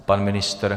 Pan ministr?